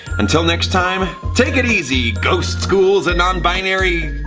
until next time, take it easy, ghosts, ghouls and non-binary.